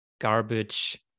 garbage